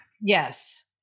Yes